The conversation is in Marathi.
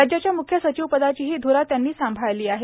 राज्याच्या मुख्य सचिवपदाचीही ध्रा त्यांनी सांभाळली आहे